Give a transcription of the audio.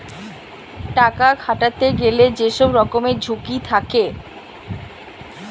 টাকা খাটাতে গেলে যে সব রকমের ঝুঁকি থাকে